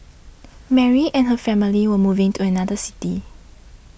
Mary and her family were moving to another city